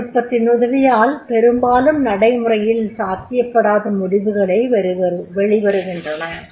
தொழில்நுட்பத்தின் உதவியால் பெரும்பாலும் நடமுறையில் சாத்தியப்படாத முடிவுகளே வெளியாகின்றன